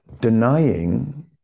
denying